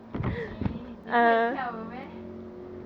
eh 你可以跳舞 meh